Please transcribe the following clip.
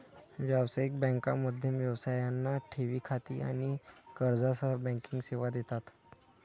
व्यावसायिक बँका मध्यम व्यवसायांना ठेवी खाती आणि कर्जासह बँकिंग सेवा देतात